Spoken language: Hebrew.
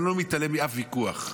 אני לא מתעלם מאף ויכוח,